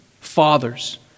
fathers